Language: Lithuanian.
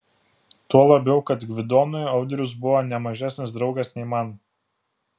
tuo labiau kad gvidonui audrius buvo ne mažesnis draugas nei man